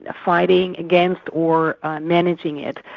ah fighting against or managing it.